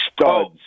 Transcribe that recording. studs